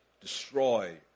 destroy